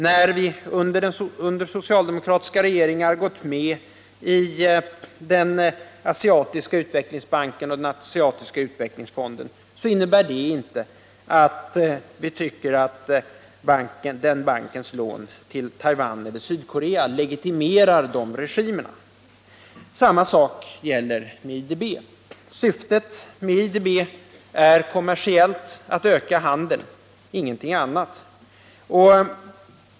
När vi under socialdemokratiskt styre gått med i den asiatiska utvecklingsbanken och i den asiatiska utvecklingsfonden innebär det inte att vi tycker att den bankens lån till Taiwan eller Sydkorea legitimerar regimerna där. Samma sak gäller beträffande IDB. Syftet med IDB är kommersiellt, att öka handeln - inget annat.